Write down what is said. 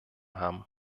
haben